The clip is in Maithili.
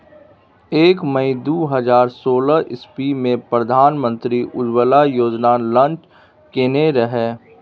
एक मइ दु हजार सोलह इस्बी मे प्रधानमंत्री उज्जवला योजना लांच केने रहय